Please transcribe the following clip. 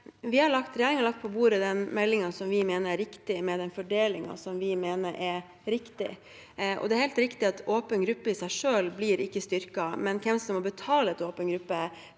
Regjeringen har lagt på bordet den meldingen vi mener er riktig, med den fordelingen vi mener er riktig. Det er helt riktig at åpen gruppe i seg selv ikke blir styrket, men hvem som må betale til åpen gruppe,